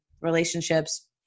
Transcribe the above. relationships